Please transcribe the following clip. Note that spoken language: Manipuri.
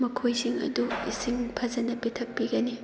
ꯃꯈꯣꯏꯁꯤꯡ ꯑꯗꯨ ꯏꯁꯤꯡ ꯐꯖꯅ ꯄꯤꯊꯛꯄꯤꯒꯅꯤ